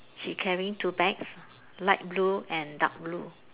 she carrying two bags light blue and dark blue